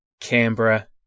Canberra